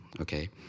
Okay